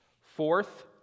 Fourth